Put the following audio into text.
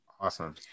awesome